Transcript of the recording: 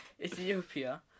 Ethiopia